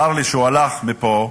צר לי שהוא הלך מפה,